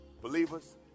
Believers